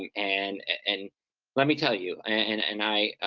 and and and let me tell you, and and i, ah,